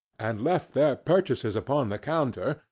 and left their purchases upon the counter,